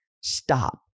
Stop